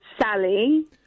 Sally